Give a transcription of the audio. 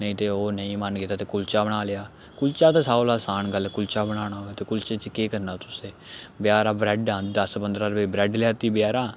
नेईं ते ओह् नेईं मन कीता ते कुल्चा बना लेआ कुल्चा ते सारें कोला असान गल्ल कुल्चा बनाना होऐ ते कुल्चे च केह् करना तुसें बजारा ब्रैड आंदा दस पंदरां रपेऽ दी ब्रैड लैती बजारा